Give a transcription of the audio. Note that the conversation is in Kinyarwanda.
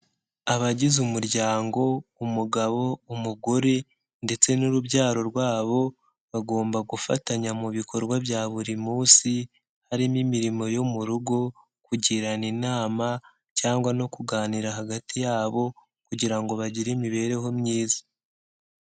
Abagize umuryango umugabo, umugore ndetse n'urubyaro rwabo bagomba gufatanya mu bikorwa bya buri munsi, harimo imirimo yo mu rugo, kugirana inama cyangwa no kuganira hagati yabo kugira ngo bagire imibereho myiza.